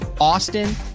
Austin